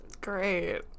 great